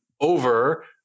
over